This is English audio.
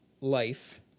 life